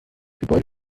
gebäude